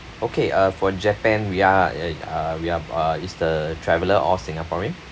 okay uh for japan we are uh uh we are uh is the traveler all singaporean